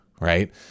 Right